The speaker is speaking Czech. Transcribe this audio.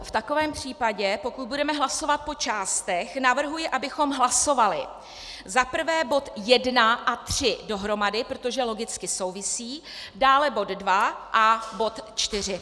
V takovém případě, pokud budeme hlasovat po částech, navrhuji, abychom hlasovali za prvé bod 1 a 3 dohromady, protože logicky souvisejí, dále bod 2 a bod 4.